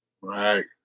Right